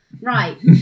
Right